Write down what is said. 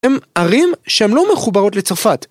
הם ערים שהן לא מחוברות לצרפת.